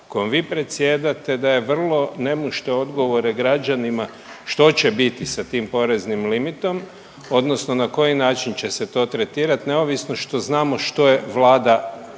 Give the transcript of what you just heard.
kojom vi predsjedate daje vrlo nemušte odgovore građanima što će biti sa tim poreznim limitom, odnosno na koji način će se to tretirati neovisno što znamo što je Vlada